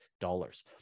dollars